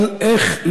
אבל איך,